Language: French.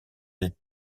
des